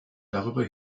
darüber